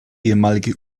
ehemalige